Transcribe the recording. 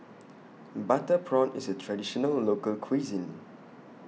Butter Prawn IS A Traditional Local Cuisine